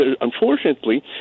unfortunately